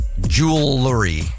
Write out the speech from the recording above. jewelry